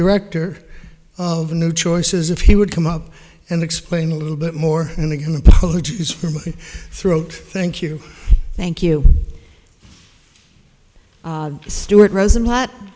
director of new choices if he would come up and explain a little bit more and again apologies for my throat thank you thank you stuart rosen lot